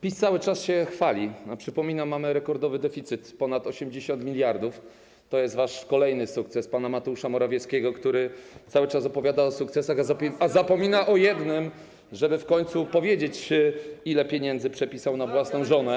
PiS cały czas się chwali, a przypominam mamy rekordowy deficyt, ponad 80 mld, to jest wasz kolejny sukces, pana Mateusza Morawieckiego, który cały czas opowiada o sukcesach, a zapomina o jednym, żeby w końcu powiedzieć, ile pieniędzy przepisał na żonę.